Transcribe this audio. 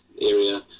area